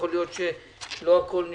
ויכול להיות שלא הכול נמצא.